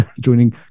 joining